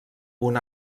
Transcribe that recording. una